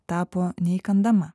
tapo neįkandama